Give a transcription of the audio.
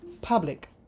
public